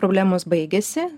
problemos baigiasi